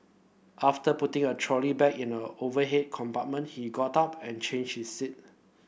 after putting a trolley bag in the overhead compartment he got up and changed his seat